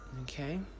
Okay